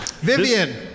Vivian